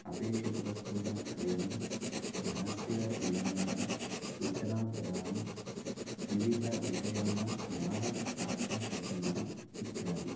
अपेक्षितवस्तूनां क्रयणं धनस्य विनिमयः सूचनाप्रदानं विविधविषयाणां ज्ञानं प्राप्तुं शक्नुमः इत्यादि